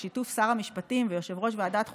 בשיתוף שר המשפטים ויושב-ראש ועדת החוקה,